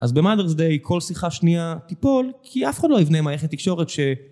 אז במאדרס דיי כל שיחה שנייה תיפול, כי אף אחד לא הבנה מערכת תקשורת ש...